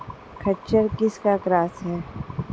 खच्चर किसका क्रास है?